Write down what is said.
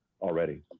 already